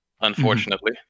unfortunately